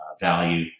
value